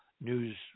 news